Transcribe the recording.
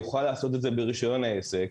יוכל לעשות את זה ברישיון העסק,